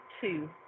two